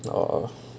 oh